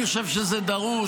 אני חושב שזה דרוש,